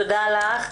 תודה לך.